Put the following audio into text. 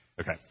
Okay